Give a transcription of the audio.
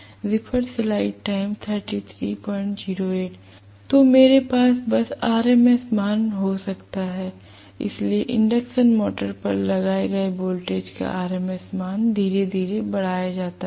तो मेरे पास बस RMS मान हो सकता है इसलिए इंडक्शन मोटर पर लगाए गए वोल्टेज का RMS मान धीरे धीरे बढ़ाया जाता है